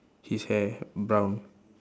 his hair brown